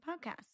podcast